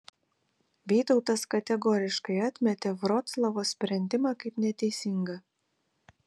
vytautas kategoriškai atmetė vroclavo sprendimą kaip neteisingą